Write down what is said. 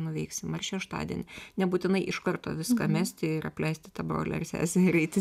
nuveiksim ar šeštadienį nebūtinai iš karto viską mesti ir apleisti tą brolį ar sesę ir eiti